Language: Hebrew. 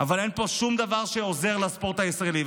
אבל אין פה שום דבר שעוזר לספורט הישראלי.